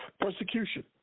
persecution